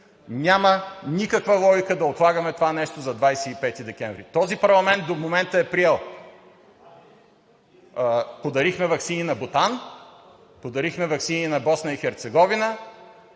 Няма никаква логика да отлагаме това нещо за 25 декември. Този парламент до момента е приел: подарихме ваксини на Бутан, подарихме ваксини на Босна и Херцеговина,